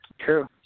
True